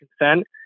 consent